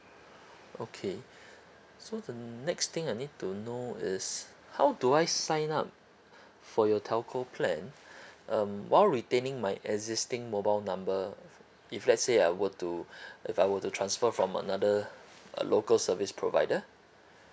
okay so the next thing I need to know is how do I sign up for your telco plan um while retaining my existing mobile number uh if let's say I were to if I were to transfer from another uh local service provider